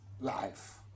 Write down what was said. life